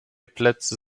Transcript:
plätze